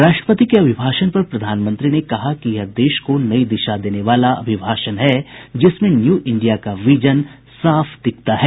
राष्ट्रपति के अभिभाषण पर प्रधानमंत्री ने कहा कि यह देश को नई दिशा देने वाला अभिभाषण है जिसमें न्यू इंडिया का विजन साफ दिखता है